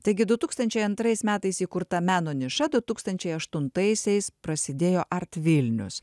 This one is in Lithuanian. taigi du tūkstančiai antrais metais įkurta meno niša du tūkstančiai aštuntaisiais prasidėjo art vilnius